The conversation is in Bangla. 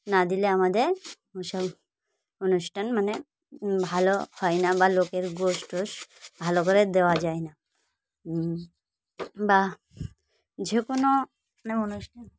না দিলে আমাদের ওসব অনুষ্ঠান মানে ভালো হয় না বা লোকের গোশ টোশ ভালো করে দেওয়া যায় না বা যে কোনো মানে অনুষ্ঠান